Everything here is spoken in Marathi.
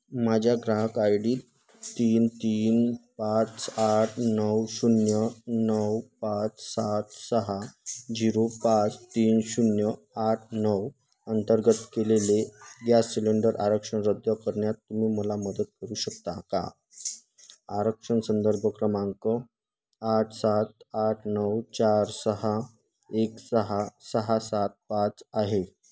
माझ्या ग्राहक आय डी तीन तीन पाच आठ नऊ शून्य नऊ पाच सात सहा झिरो पाच तीन शून्य आठ नऊ अंतर्गत केलेले गॅस सिलेंडर आरक्षण रद्द करण्यात तुम्ही मला मदत करू शकता का आरक्षण संदर्भ क्रमांक आठ सात आठ नऊ चार सहा एक सहा सहा सात पाच आहे